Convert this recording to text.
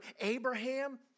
Abraham